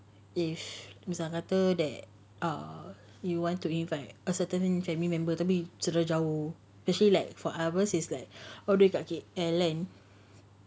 if if kata that err you want to invite a certain family member tapi sangat jauh actually like four hours is like already long lah kan